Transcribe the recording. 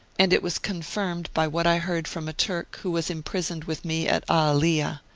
and it was confirmed by what i heard from a turk who was imprisoned with me at aaliya,